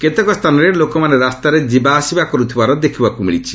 କେତେକ ସ୍ଥାନରେ ଲୋକମାନେ ରାସ୍ତାରେ ଯିବା ଆସିବା କରୁଥିବାର ଦେଖିବାକୁ ମିଳିଛି